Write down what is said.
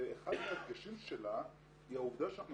ואחד מההדגשים שלה היא העובדה שאנחנו